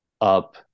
up